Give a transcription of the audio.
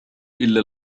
إلا